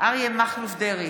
אריה מכלוף דרעי,